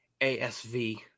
ASV